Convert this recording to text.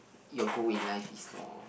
your goal in life is lor